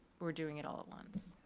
we're doing it all at once.